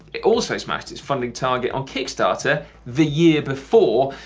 it also smashed its funding target on kickstarter the year before,